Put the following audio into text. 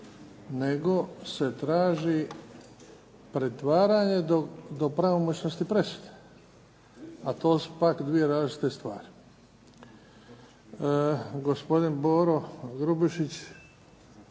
nego se traži pritvaranje do pravomoćnosti presude, a to su pak dvije različite stvari. Gospodin Grubišić,